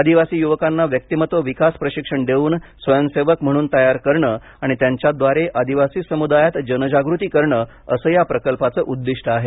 आदिवासी युवकांना व्यक्तिमत्त्व विकास प्रशिक्षण देऊन स्वयंसेवक म्हणून तयार करणं आणि त्यांच्याद्वारे आदिवासी समुदायात जनजागृती करणं असं या प्रकल्पाचं उद्दिष्ट आहे